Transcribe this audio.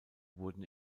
wurden